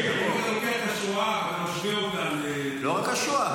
אם אתה לוקח את השואה ומשווה אותה --- לא רק השואה.